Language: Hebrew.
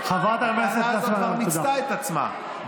הטענה הזאת כבר מיצתה את עצמה.